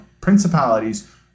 principalities